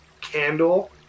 candle